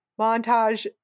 montage